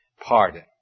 pardon